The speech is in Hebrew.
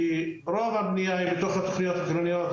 כי את יודעת למה תלוי תכנון?